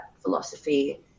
philosophy